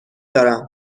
دارم